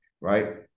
Right